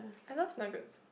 I love nuggets